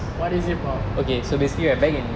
what is it about